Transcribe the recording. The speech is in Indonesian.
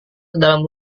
kedalam